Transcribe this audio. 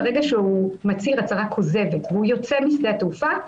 ברגע שהוא מצהיר הצהרה כוזבת והוא יוצא משדה התעופה,